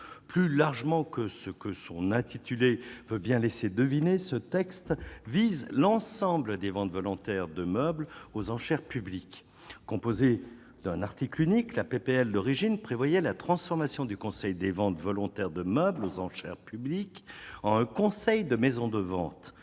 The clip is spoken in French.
plus largement que ce que son intitulé veut bien laisser deviner ce texte vise l'ensemble des ventes volontaires de meubles aux enchères publiques, composé d'un article unique, la PPL d'origine prévoyait la transformation du Conseil des ventes volontaires de meubles aux enchères publiques en conseil de maisons de vente,